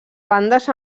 bandes